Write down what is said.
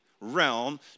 realm